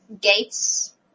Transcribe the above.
Gates